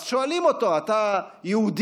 אז שואלים אותו: אתה יהודי?